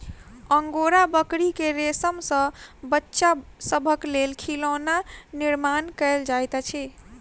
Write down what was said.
angora बकरी के रेशम सॅ बच्चा सभक लेल खिलौना निर्माण कयल जाइत अछि